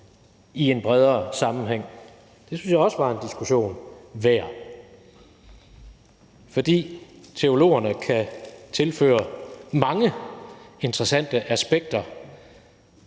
i en bredere sammenhæng? Det synes jeg også var en diskussion værd. For teologerne kan tilføre mange interessante aspekter,